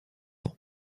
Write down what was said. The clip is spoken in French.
ans